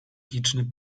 chiczny